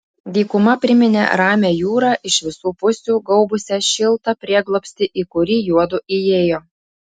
dykuma priminė ramią jūrą iš visų pusių gaubusią šiltą prieglobstį į kurį juodu įėjo